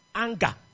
anger